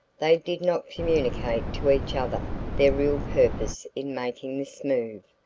they did not communicate to each other their real purpose in making this move,